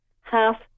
half